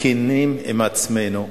כנים עם עצמנו,